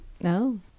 no